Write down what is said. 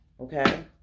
okay